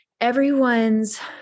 everyone's